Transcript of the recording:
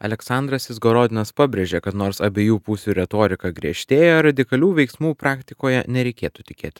aleksandras izgorodinas pabrėžė kad nors abiejų pusių retorika griežtėja radikalių veiksmų praktikoje nereikėtų tikėtis